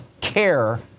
care